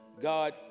God